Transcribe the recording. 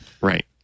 Right